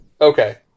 Okay